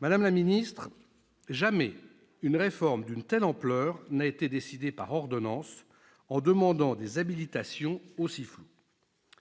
Madame la ministre, jamais une réforme d'une telle ampleur n'a été décidée par ordonnances, en demandant des habilitations aussi floues.